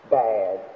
bad